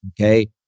Okay